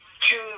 choose